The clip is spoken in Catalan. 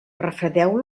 refredeu